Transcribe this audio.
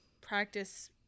practice